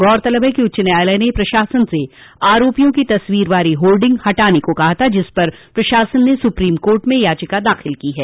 गौरतलब है कि उच्च न्यायालय ने प्रशासन से आरोपियों की तस्वीर वाली होर्डिंग हटाने को कहा था जिस पर प्रशासन ने सुप्रीम कोर्ट में याचिका दाखिल की है